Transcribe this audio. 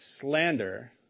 slander